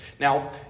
Now